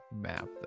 map